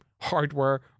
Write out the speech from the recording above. hardware